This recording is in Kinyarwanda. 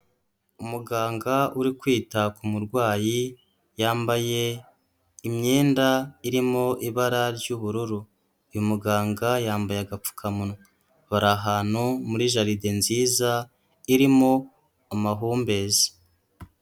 Umuganga uri kwita ku murwayi yambaye imyenda irimo ibara ry'ubururu, uyu muganga yambaye agapfukamunwa, bari ahantu muri jaride nziza irimo amahumbezi.